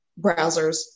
browsers